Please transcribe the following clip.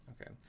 okay